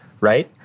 right